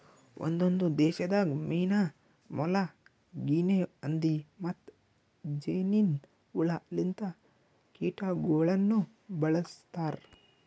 ಒಂದೊಂದು ದೇಶದಾಗ್ ಮೀನಾ, ಮೊಲ, ಗಿನೆ ಹಂದಿ ಮತ್ತ್ ಜೇನಿನ್ ಹುಳ ಲಿಂತ ಕೀಟಗೊಳನು ಬಳ್ಸತಾರ್